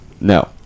No